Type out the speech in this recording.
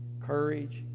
courage